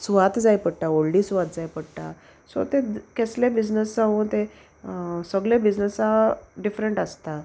सुवात जाय पडटा व्होडली सुवात जाय पडटा सो ते केसले बिजनस जावूं ते सगळे बिजनसा डिफरंट आसता